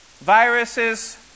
viruses